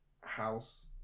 house